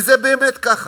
וזה באמת ככה.